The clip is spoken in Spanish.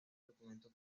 documento